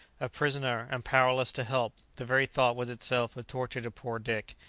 a prisoner, and powerless to help! the very thought was itself a torture to poor dick.